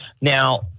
Now